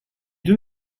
deux